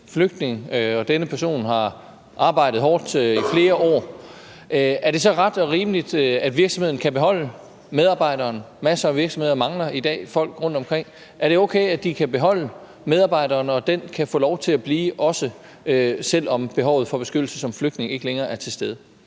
flygtning, og hvis denne person har arbejdet hårdt i flere år, er det så ret og rimeligt, at virksomheden kan beholde medarbejderen? Masser af virksomheder mangler i dag folk rundtomkring, og er det okay, at de kan beholde medarbejderen, og at vedkommende kan få lov til at blive, også selv om behovet for beskyttelse som flygtning ikke længere er til stede?